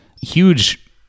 huge